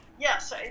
Yes